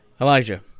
Elijah